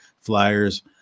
flyers